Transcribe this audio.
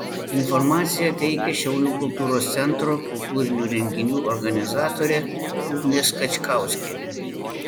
informaciją teikia šiaulių kultūros centro kultūrinių renginių organizatorė ugnė skačkauskienė